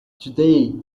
today